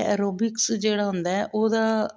aerobics ਜਿਹੜਾ ਹੁੰਦਾ ਉਹਦਾ